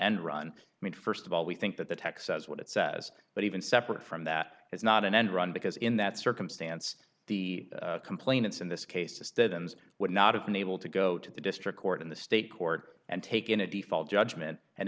run i mean first of all we think that the text says what it says but even separate from that it's not an end run because in that circumstance the complainants in this case deadens would not have been able to go to the district court in the state court and take in a default judgment and